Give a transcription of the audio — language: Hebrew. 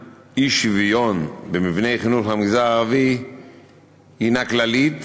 אי-שוויון במבני חינוך במגזר הערבי הנה כללית,